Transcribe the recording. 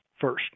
first